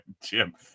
Jim